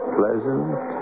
pleasant